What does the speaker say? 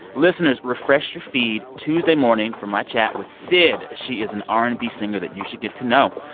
listeners, refresh your feed tuesday morning from my chat with syd. she is an r and b singer that you should get to know.